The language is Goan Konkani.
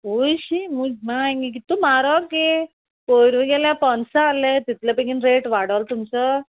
ओयशी मागीर कित तूं इतलें म्हारग गे पयरूय गेल्यार पन्स आहले तितले बेगीन रेट वाडोलो तुमचो